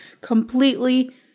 completely